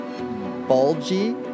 bulgy